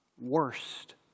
worst